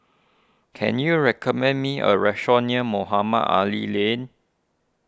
can you recommend me a restaurant near Mohamed Ali Lane